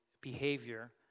behavior